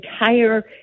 entire